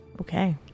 Okay